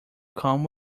come